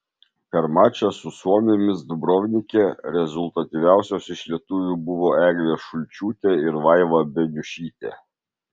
per mačą su suomėmis dubrovnike rezultatyviausios iš lietuvių buvo eglė šulčiūtė ir vaiva beniušytė